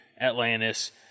Atlantis